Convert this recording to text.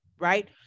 right